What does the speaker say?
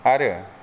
आरो